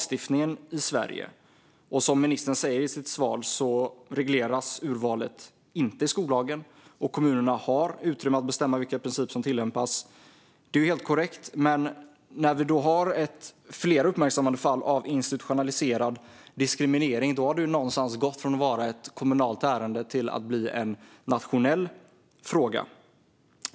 Som ministern säger i sitt svar regleras urvalet inte i skollagen, och kommunerna har utrymme att bestämma vilken princip som ska tillämpas. Detta är helt korrekt, men när vi har flera uppmärksammade fall av institutionaliserad diskriminering har det gått från att vara ett kommunalt ärende till att bli en nationell fråga.